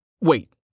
Wait